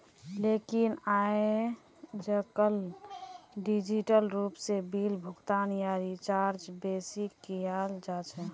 लेकिन आयेजकल डिजिटल रूप से बिल भुगतान या रीचार्जक बेसि कियाल जा छे